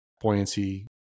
buoyancy